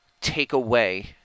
takeaway